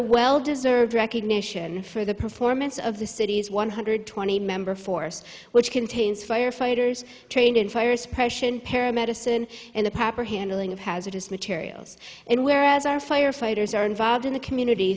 well deserved recognition for the performance of the city's one hundred twenty member force which contains firefighters trained in fire suppression para medicine and the papper handling of hazardous materials and whereas our firefighters are involved in the community